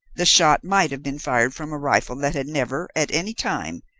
the shot might have been fired from a rifle that had never, at any time,